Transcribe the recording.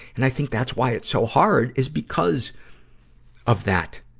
and i think that's why it's so hard, is because of that.